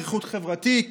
ריחוק חברתי,